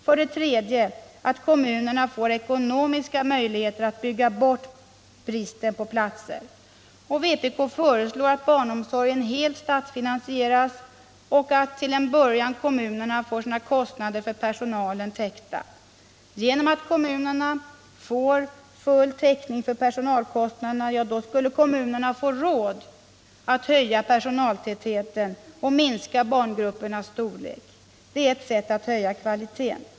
För det tredje: Ge kommunerna ekonomiska möjligheter att bygga bort bristen på platser. Vpk föreslår att barnomsorgen helt statsfinansieras och att till en början kommunerna får sina kostnader för personalen täckta. Genom att kommunerna får full täckning för personalkostnaderna får de råd att öka personaltätheten och minska barngruppernas storlek. Det är ett sätt att höja kvaliteten.